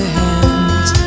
hands